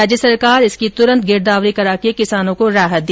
राज्य सरकार इसकी तुरंत गिरदावरी करा के किसानों को राहत दे